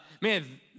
man